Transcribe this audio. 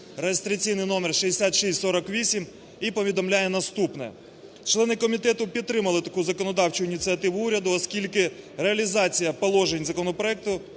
реєстраційний номер 6648, і повідомляє наступне. Члени комітету підтримали таку законодавчу ініціативу уряду, оскільки реалізація положень законопроекту